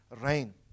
rain